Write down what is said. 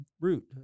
root